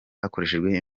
hakoreshejwe